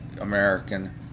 American